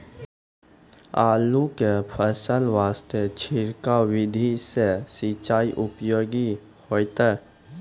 आलू के फसल वास्ते छिड़काव विधि से सिंचाई उपयोगी होइतै?